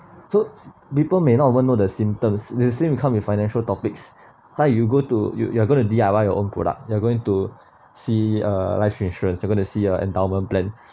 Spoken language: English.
so people may not even know the symptoms the same will come with financial topics like you go to you you are gonna D_I_Y your own product you're going to see uh life insurance are gonna see a endowment plan